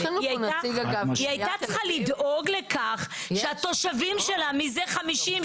היא הייתה צריכה לדאוג לכך שהתושבים שלה מזה 50,